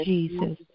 Jesus